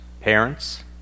parents